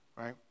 right